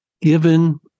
Given